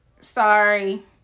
Sorry